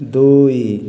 ଦୁଇ